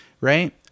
right